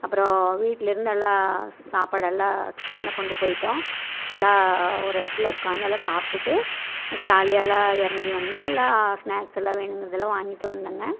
அப்பறம் வீட்டிலிருந்து எல்லாம் சாப்பாடெல்லாம் டிஃபன்லாம் கொண்டு போய்ட்டோம் எல்லாம் ஒரு இடத்துல உக்காந்து எல்லாம் சாப்பிட்டுட்டு ஜாலியாகலாம் இறங்கி வந்து எல்லாம் ஸ்நாக்ஸ்ஸுல்லாம் வேணுங்கிறதெல்லாம் வாங்கிகிட்டு வந்தோங்க